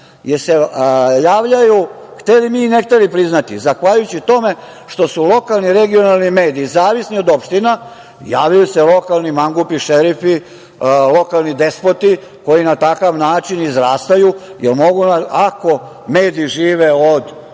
jer se javljaju, hteli mi da priznamo ili ne, zahvaljujući tome što su lokalni regionalni mediji zavisni od opština, javljaju se lokalni mangupi, šerifi, lokalni despoti koji na takav način izrastaju, ako mediji žive od konkursa,